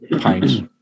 pints